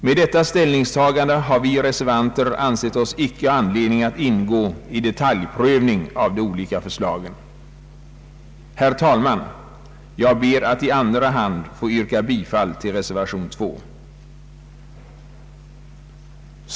Med detta ställningstagande har vi reservanter ansett oss icke ha anledning att ingå i detaljprövning av de olika förslagen. Herr talman! Jag ber att i andra hand få yrka bifall till reservation 2.